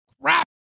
crap